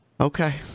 okay